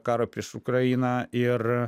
karui prieš ukrainą ir